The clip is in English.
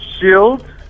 Shield